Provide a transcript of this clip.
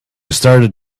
started